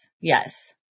Yes